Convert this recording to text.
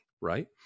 right